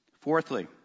Fourthly